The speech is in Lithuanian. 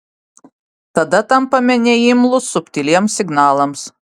tada tampame neimlūs subtiliems signalams